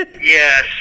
Yes